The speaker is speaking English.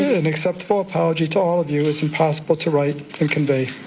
an acceptable apology to all of you is impossible to read and convey.